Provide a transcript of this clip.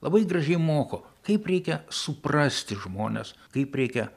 labai gražiai moko kaip reikia suprasti žmones kaip reikia